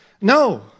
No